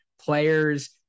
players